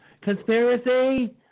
Conspiracy